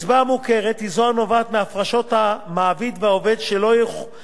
המעביד והעובד שלא חויבו בעת הפקדתן במס,